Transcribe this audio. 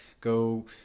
go